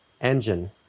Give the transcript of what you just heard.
engine